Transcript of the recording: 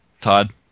Todd